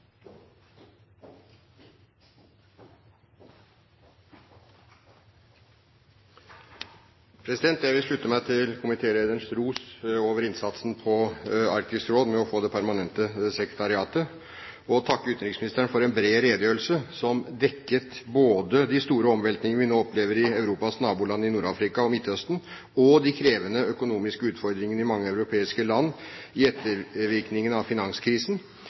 Jeg vil slutte meg til komitélederens ros av innsatsen for å få det permanente sekretariatet for Arktisk Råd. Jeg vil også takke utenriksministeren for en bred redegjørelse, som dekket både de store omveltningene vi nå opplever i Europas naboland i Nord-Afrika og i Midtøsten, de krevende økonomiske utfordringene i mange europeiske land ettervirkningene av finanskrisen